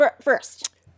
First